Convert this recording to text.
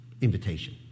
invitation